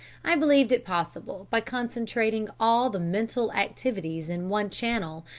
i believed it possible by concentrating all the mental activities in one channel,